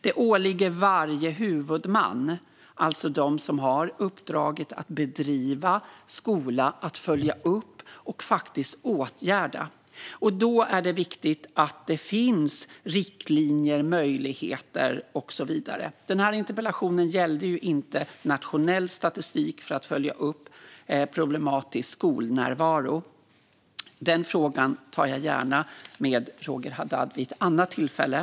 Det åligger varje huvudman, alltså den som har uppdraget att bedriva skola, att följa upp och faktiskt åtgärda problemen. Då är det viktigt att det finns riktlinjer, möjligheter och så vidare. Den här interpellationen gällde ju inte nationell statistik för att följa upp problematisk skolnärvaro. Den frågan tar jag gärna med Roger Haddad vid ett annat tillfälle.